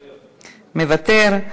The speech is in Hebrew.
מוותר.